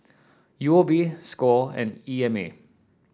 U O B Score and E M A